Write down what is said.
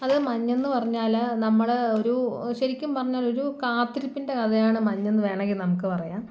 അത് മഞ്ഞെന്ന് പറഞ്ഞാൽ നമ്മൾ ഒരു ശരിക്കും പറഞ്ഞാൽ ഒരു കാത്തിരിപ്പിൻ്റെ കഥയാണ് മഞ്ഞെന്ന് വേണമെങ്കിൽ നമുക്ക് പറയാം